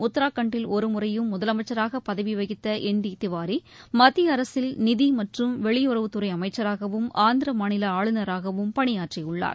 உத்ராகண்டில் ஒரு முறையும் முதலமைச்சராக பதவி வகித்த மத்திய அரசில் நிதி மற்றும் வெளியுறவுத்துறை அமைச்சராகவும் ஆந்திர மாநில என் டி திவாரி ஆளுநராகவும் பணியாற்றியுள்ளார்